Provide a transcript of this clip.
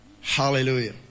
Hallelujah